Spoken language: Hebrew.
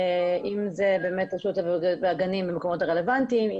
אם זה רשות הטבע והגנים במקומות הרלוונטיים,